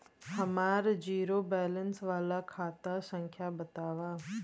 हमार zero balance वाला खाता संख्या वतावा?